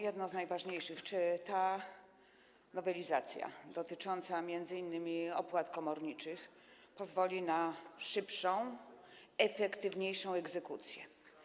Jedno z najważniejszych pytań: Czy ta nowelizacja dotycząca m.in. opłat komorniczych pozwoli na szybszą, efektywniejszą egzekucję?